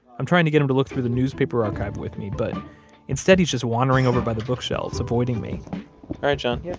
i'm trying to get him to look through the newspaper archive with me, but instead, he's just wandering over by the bookshelves, avoiding me ah all yeah